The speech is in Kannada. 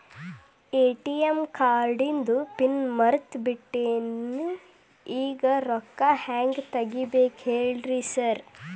ಎ.ಟಿ.ಎಂ ಕಾರ್ಡಿಂದು ಪಿನ್ ನಂಬರ್ ಮರ್ತ್ ಬಿಟ್ಟಿದೇನಿ ಈಗ ರೊಕ್ಕಾ ಹೆಂಗ್ ತೆಗೆಬೇಕು ಹೇಳ್ರಿ ಸಾರ್